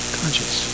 conscious